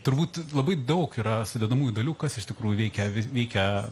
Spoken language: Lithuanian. turbūt labai daug yra sudedamųjų dalių kas iš tikrųjų veikia veikia